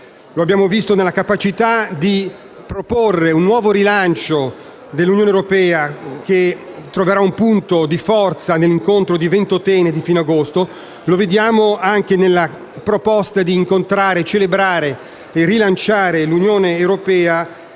Lo abbiamo visto anche nella capacità di proporre un nuovo rilancio dell'Unione europea, che troverà un punto di forza nell'incontro di Ventotene di fine agosto, e lo vediamo anche nella proposta di celebrare e rilanciare l'Unione europea